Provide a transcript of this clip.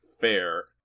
Fair